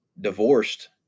divorced